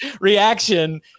reaction